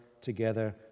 together